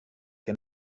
que